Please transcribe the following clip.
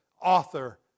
author